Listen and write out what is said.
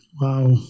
Wow